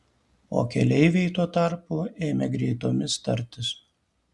o keleiviai tuo tarpu ėmė greitomis tartis